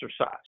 exercise